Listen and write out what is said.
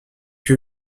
que